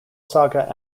saga